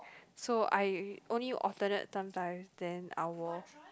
so I only alternate sometime then I were